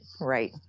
right